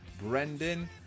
brendan